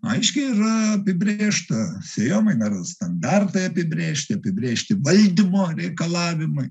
aiškiai yra apibrėžta sėjomaina standartai apibrėžti apibrėžti valdymo reikalavimai